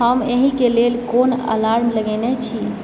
हम एहिके लेल कोन अलार्म लगेने छी